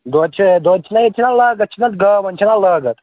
دۄد چھُ اَسہِ دۄد چھُنَہ ییٚتہِ چھَنَہ لاگتھ چھِنَہ حظ گاون چھِنَہ حظ لاگتھ